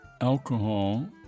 alcohol